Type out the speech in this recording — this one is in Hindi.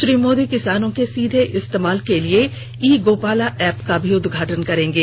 श्री मोदी किसानों के सीधे इस्तेमाल के लिए ई गोपाला ऐप का भी उदघाटन करेंगे